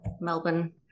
Melbourne